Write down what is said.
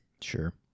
Sure